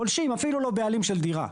פולשים, אפילו לא בעלים של דירה.